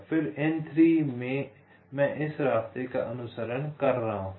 फिर N3 मैं इस रास्ते का अनुसरण कर रहा हूँ